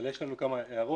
אבל יש לנו כמה הערות.